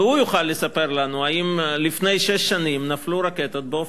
והוא יוכל לספר לנו אם לפני שש שנים נפלו רקטות באופקים.